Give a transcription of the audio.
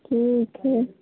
ठीक है